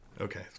okay